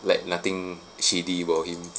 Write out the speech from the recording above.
like nothing shady about him